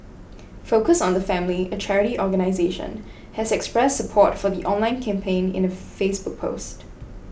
focus on the family a charity organisation has expressed support for the online campaign in a Facebook post